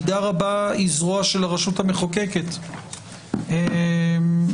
שהיא זרוע של הרשות המחוקקת במידה רבה,